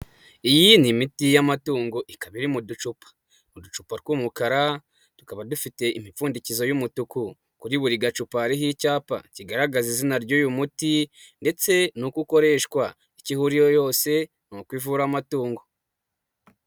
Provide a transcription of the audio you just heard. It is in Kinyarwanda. Iyi ni imiti y'amatungo, ikaba iri mu ducupa, uducupa tw'umukara, tukaba dufite imipfundikizo y'umutuku, kuri buri gacupa hariho icyapa kigaragaza izina ry'uyu muti ndetse n'uko ukoreshwa, icyo ihuriyeho yose ni uko ivura amatungo.